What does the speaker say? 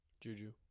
Juju